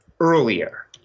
earlier